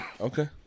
Okay